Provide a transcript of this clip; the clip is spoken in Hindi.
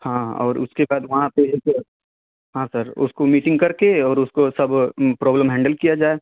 हाँ हाँ और उसके सर वहाँ पर एक हाँ सर उसको मीटिंग करके और उसको सब प्रॉब्लम हैंडल किया जाए